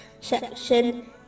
section